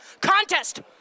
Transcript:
contest